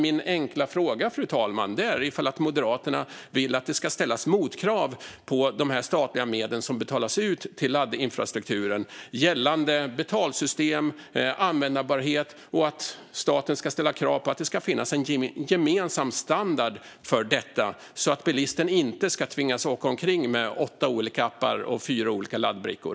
Min enkla fråga, fru talman, är om Moderaterna vill att det ska ställas motkrav gällande betalsystem och användbarhet när statliga medel betalas ut till laddinfrastruktur. Ska staten ställa krav på att det ska finnas en gemensam standard för detta, så att bilisten inte ska tvingas åka omkring med åtta olika appar och fyra olika laddbrickor?